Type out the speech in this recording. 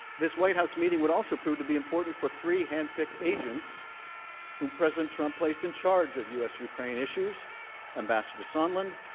this white house meeting would also prove to be important for three handpicked agents whom president trump placed in charge of u. s. ukraine issues and ambassador sondland,